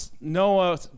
Noah